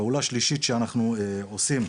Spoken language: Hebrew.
פעולה שלישית שאנחנו עושים,